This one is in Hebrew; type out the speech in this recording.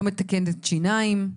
לא מתקנת שיניים,